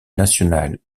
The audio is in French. nationale